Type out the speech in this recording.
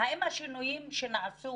האם השינויים שנעשו